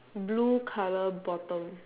blue colour bottom